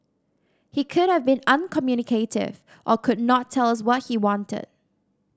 he could have been uncommunicative or could not tell us what he wanted